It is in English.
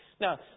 Now